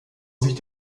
sich